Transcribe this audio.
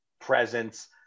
presence